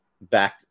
back